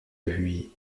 huy